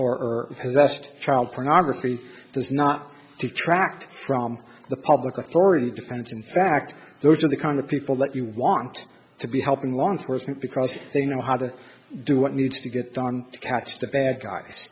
left child pornography does not detract from the public authority depends in fact those are the kind of people that you want to be helping law enforcement because they know how to do what needs to get done to catch the bad guys